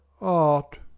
art